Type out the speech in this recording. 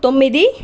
తొమ్మిది